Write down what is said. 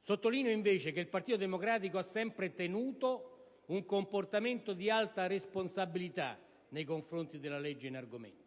Sottolineo invece che il Partito Democratico ha sempre tenuto un comportamento di alta responsabilità nei confronti della legge in argomento.